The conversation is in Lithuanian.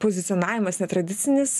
pozicionavimas netradicinis